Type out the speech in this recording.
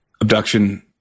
Abduction